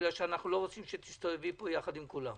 בגלל שאנחנו לא רוצים שתסתובבי פה יחד עם כולם.